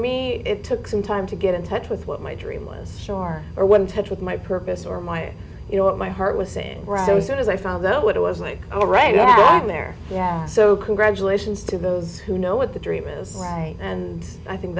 me it took some time to get in touch with what my dream was sure or one touch with my purpose or my you know what my heart was saying so soon as i found out what it was like oh right back there yeah so congratulations to those who know what the dream is right and i think